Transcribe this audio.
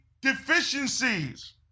deficiencies